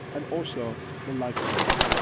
and also the light climate.